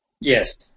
Yes